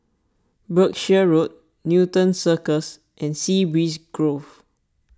Berkshire Road Newton Circus and Sea Breeze Grove